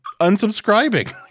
unsubscribing